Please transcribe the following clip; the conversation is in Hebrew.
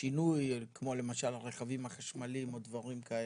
שינוי כמו למשל הרכבים החשמליים או דברים כאלה?